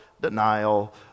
denial